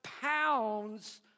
pounds